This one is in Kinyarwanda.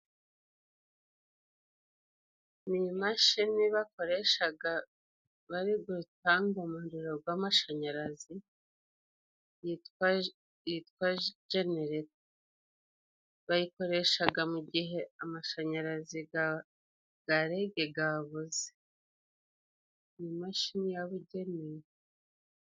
Ni imashini bakoreshaga bari gutanga umuriro g'amashanyarazi yitwa genereta. Bayikoreshaga mugihe amashanyarazi ga rege gabuze. Ni imashini yababugene.